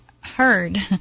heard